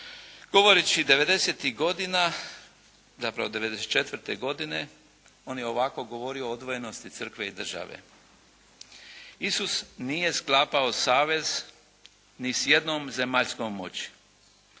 Govoreći '90.-ih godina, zapravo '94. godine on je ovako govorio o odvojenosti Crkve i države. Isus nije sklapao savez ni s jednom zemaljskom moći,